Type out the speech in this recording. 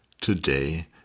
today